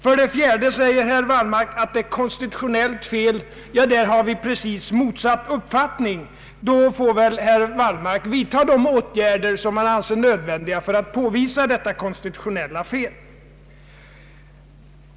För det fjärde säger herr Wallmark att det här föreligger ett konstitutionellt fel. Ja, där har vi precis motsatt uppfattning. Herr Wallmark får väl vidta de åtgärder som han anser nödvändiga för att påvisa detta konstitutionella fel.